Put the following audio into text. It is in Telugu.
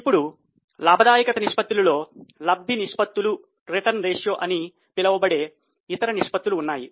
ఇప్పుడు లాభదాయక నిష్పత్తులలో లబ్ది నిష్పత్తులు అని పిలువబడే ఇతర నిష్పత్తులు ఉన్నాయి